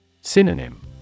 Synonym